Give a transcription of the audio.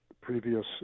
previous